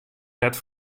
net